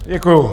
Děkuju.